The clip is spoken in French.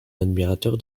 admirateur